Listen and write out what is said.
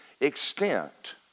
extent